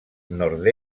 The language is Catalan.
nord